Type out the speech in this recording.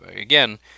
again